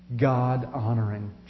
God-honoring